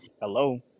Hello